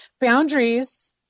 boundaries